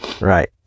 right